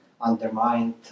undermined